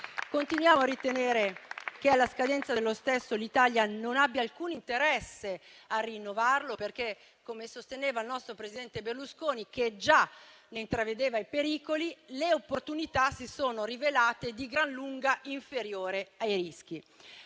Continuiamo a ritenere che, alla scadenza dello stesso, l'Italia non abbia alcun interesse a rinnovarlo perché, come sosteneva il nostro presidente Berlusconi, che già ne intravedeva i pericoli, le opportunità si sono rivelate di gran lunga inferiori ai rischi.